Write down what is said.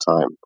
time